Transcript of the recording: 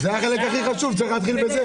זה החלק הכי חשוב, צריך להתחיל בזה.